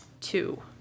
Two